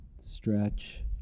stretch